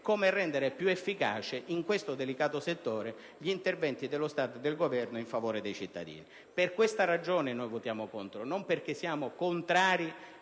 come rendere più efficace, in questo delicato settore, gli interventi dello Stato e del Governo in favore dei cittadini. Per questa ragione votiamo contro il provvedimento,